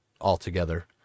altogether